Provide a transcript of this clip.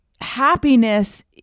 happiness